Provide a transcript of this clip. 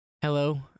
Hello